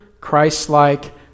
Christ-like